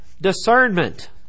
Discernment